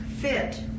fit